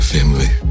Family